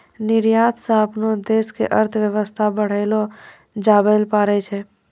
निर्यात स अपनो देश के अर्थव्यवस्था बढ़ैलो जाबैल पारै छै